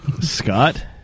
Scott